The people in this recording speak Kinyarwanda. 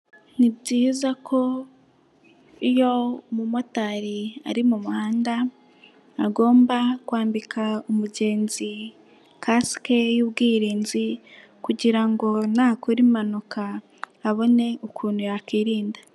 Ni byiza ko iyo umumotari ari mu muhanda agomba kwambika umugenzi kasike y'ubwirinzi kugira ngo nakora impanuka abone ukuntu yakirinda.